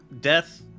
death